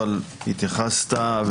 אבל התייחסת,